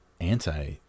anti